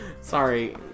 Sorry